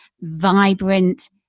vibrant